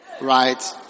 right